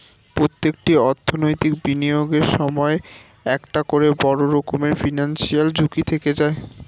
প্রত্যেকটি অর্থনৈতিক বিনিয়োগের সময়ই একটা করে বড় রকমের ফিনান্সিয়াল ঝুঁকি থেকে যায়